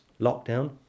lockdown